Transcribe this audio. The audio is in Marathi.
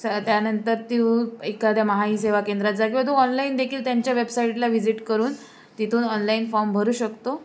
स त्यानंतर ती एखाद्या महासेवा केंद्रात जा किंवा तू ऑनलाईन देखील त्यांच्या वेबसाईटला विजिट करून तिथून ऑनलाईन फॉर्म भरू शकतो